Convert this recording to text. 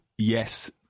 Yes